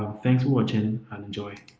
ah thanks for watching and enjoy.